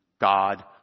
God